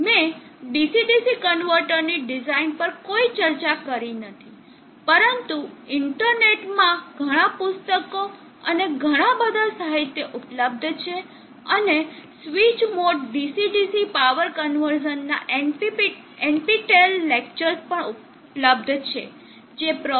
મેં DC DC કન્વર્ટરની design પર કોઈ ચર્ચા કરી નથી પરંતુ ઇન્ટરનેટ માં ઘણા પુસ્તકો અને ઘણાં બધાં સાહિત્ય ઉપલબ્ધ છે અને switch mode DC DC power conversion ના NPTEL લેક્ચર્સ પણ ઉપલબ્ધ છે જે પ્રો